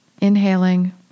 inhaling